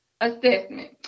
assessment